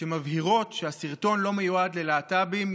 שמבהירות שהסרטון הזה לא מיועד ללהט"בים,